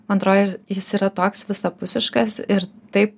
man atrodė jis yra toks visapusiškas ir taip